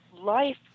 life